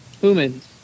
Humans